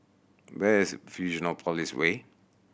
where is Fusionopolis Way